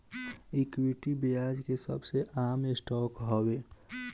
equity, ब्याज के सबसे आम स्टॉक हवे